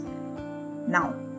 Now